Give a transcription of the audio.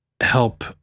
help